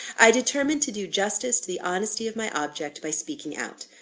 i determined to do justice to the honesty of my object by speaking out.